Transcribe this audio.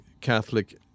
Catholic